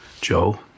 Joe